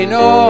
no